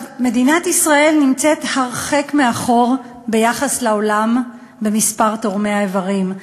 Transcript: מדינת ישראל נמצאת הרחק מאחור ביחס לעולם במספר תורמי האיברים.